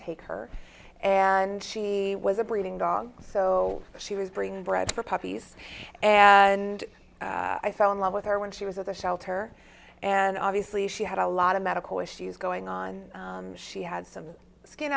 take her and she was a breeding dog so she was bringing bread for puppies and i fell in love with her when she was at the shelter and obviously she had a lot of medical issues going on she had some skin